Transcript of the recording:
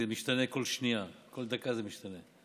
זה משתנה כל שנייה, כל דקה זה משתנה.